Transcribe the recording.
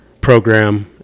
program